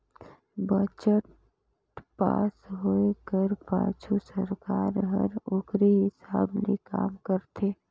budget pass होए कर पाछू सरकार हर ओकरे हिसाब ले काम करथे